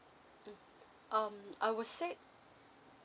mm um I would say